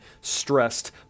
stressed